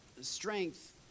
strength